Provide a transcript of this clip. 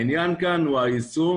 העניין כאן הוא היישום